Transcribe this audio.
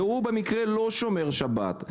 והוא במקרה לא שומר שבת,